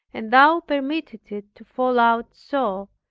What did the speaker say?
and thou permitted it to fall out so,